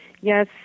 yes